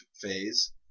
phase